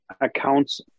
accounts